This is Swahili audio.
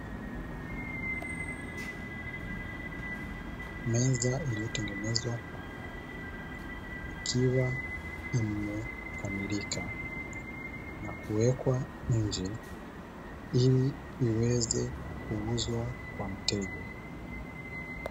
Meza iliyotengenezwa kwa mbao ikiwa imekamilika na kuwekwa nje ili iweze kuuzwa kwa mteja.